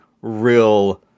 real